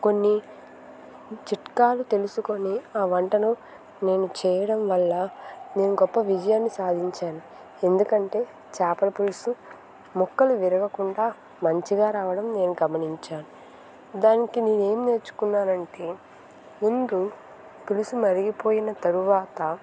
కొన్ని చిట్కాలు తెలుసుకొని ఆ వంటను నేను చేయడం వల్ల నేను గొప్ప విజయాన్ని సాధించాను ఎందుకంటే చేపల పులుసు ముక్కలు విరగకుండా మంచిగా రావడం నేను గమనించాను దానికి నేనేం నేర్చుకున్నానంటే ముందు పులుసు మరిగిపోయిన తరువాత